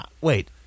Wait